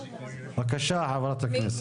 בבקשה ח"כ בזק.